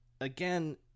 again